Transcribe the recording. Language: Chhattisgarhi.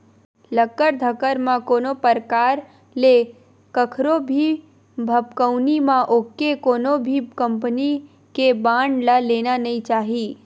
लकर धकर म कोनो परकार ले कखरो भी भभकउनी म आके कोनो भी कंपनी के बांड ल लेना नइ चाही